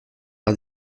par